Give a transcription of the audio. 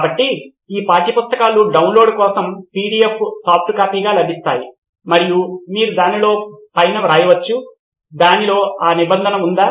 కాబట్టి ఈ పాఠ్యపుస్తకాలు డౌన్లోడ్ కోసం పిడిఎఫ్ సాఫ్ట్ కాపీగా లభిస్తాయి మరియు మీరు దానిలో పైన వ్రాయవచ్చు దానిలో ఆ నిబంధన ఉందా